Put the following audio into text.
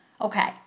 Okay